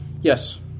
Yes